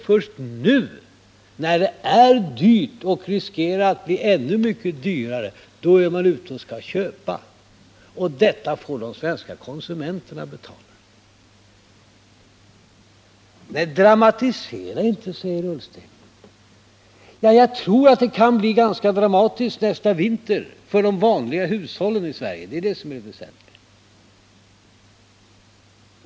Först nu, då oljan är dyr och riskerar att bli ännu mycket dyrare, är regeringen ute och skall köpa. Detta får de svenska konsumenterna betala. Dramatisera inte, säger Ola Ullsten. Jag tror att det kan bli ganska dramatiskt nästa vinter för de vanliga hushållen i Sverige. Det är det som är det väsentliga.